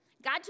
God